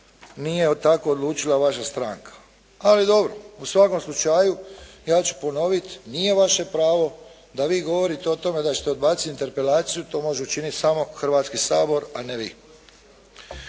nije tako odlučila vaša stranka. Ali dobro, u svakom slučaju ja ću ponoviti nije vaše pravo da vi govorite o tome da ćete odbaciti interpelaciju. To može učiniti samo Hrvatski sabor a ne vi.